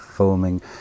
Filming